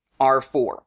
R4